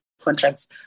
contracts